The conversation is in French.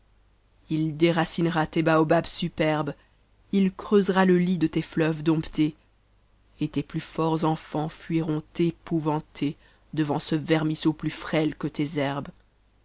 h déracinera tes baobabs superbes ï crèvera le lit do tes neuves domptés et tes ptus forts enfants fuiront épouvantés devant ce vermisseau ptus frêle quo tes herbes